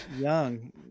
young